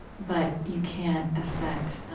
but you can't affect